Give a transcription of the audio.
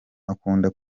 akunda